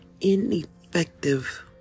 ineffective